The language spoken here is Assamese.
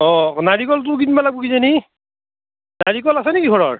অঁ নাৰিকলটো কিনিব লাগিব কিজানি নাৰিকল আছে নেকি ঘৰৰ